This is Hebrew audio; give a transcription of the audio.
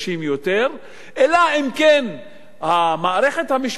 אלא אם כן המערכת המשפטית במדינת ישראל,